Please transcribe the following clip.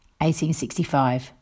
1865